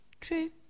True